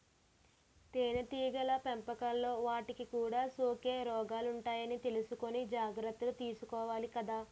తేనెటీగల పెంపకంలో వాటికి కూడా సోకే రోగాలుంటాయని తెలుసుకుని జాగర్తలు తీసుకోవాలి కదా